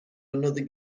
another